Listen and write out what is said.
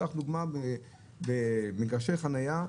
קח דוגמה במגרשי חנייה,